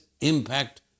impact